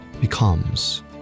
becomes